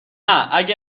اگه